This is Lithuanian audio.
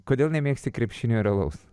kodėl nemėgsti krepšinio ir alaus